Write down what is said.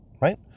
right